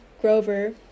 Grover